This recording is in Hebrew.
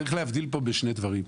צריך להבדיל פה בשני דברים.